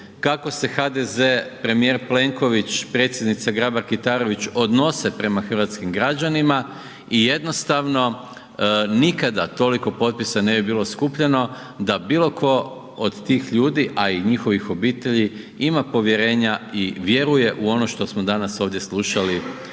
kako se HDZ, premijer Plenković, Predsjednica Grabar Kitarović odnose prema hrvatskim građanima i jednostavno nikada toliko potpisa ne bi bilo skupljeno da bilo tko od tih ljudi a i njihovih obitelji ima povjerenja i vjeruje u ono što smo danas ovdje slušali